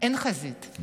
אין חזית.